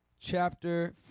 chapter